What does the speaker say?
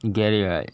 you get it right